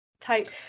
type